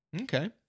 Okay